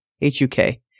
h-u-k